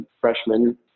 freshman